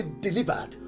delivered